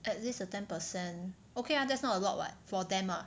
at least a ten percent okay ah that's not a lot [what] for them ah